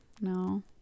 No